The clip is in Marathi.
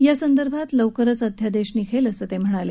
या संदर्भात लौकरच अध्यादेश निघेल असं ते म्हणाले